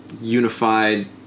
unified